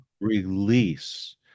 release